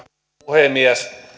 puhemies